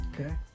Okay